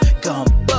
gumbo